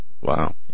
Wow